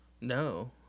No